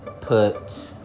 put